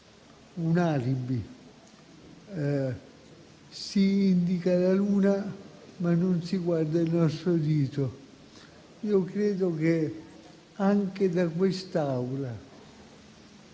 un alibi: si indica la luna, ma non si guarda il nostro dito. Io credo che anche in quest'Aula